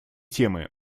темы